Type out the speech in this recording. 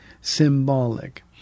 symbolic